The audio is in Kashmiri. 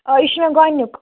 آ یہِ چھُ مےٚ گۄڈنیُک